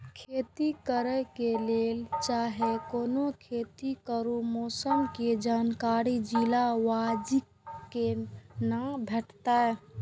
खेती करे के लेल चाहै कोनो खेती करू मौसम के जानकारी जिला वाईज के ना भेटेत?